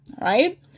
right